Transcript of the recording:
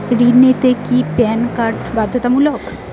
ঋণ নিতে কি প্যান কার্ড বাধ্যতামূলক?